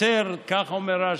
כך אומר רש"י: